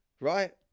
right